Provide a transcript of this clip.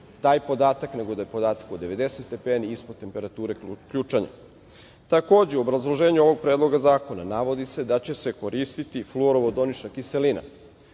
taj podatak, nego da je podatak od 90 stepeni ispod temperature ključanja. Takođe, u obrazloženju ovog Predloga zakona navodi se da će se koristiti fluorovodonična kiselina.